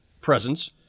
presence